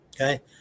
okay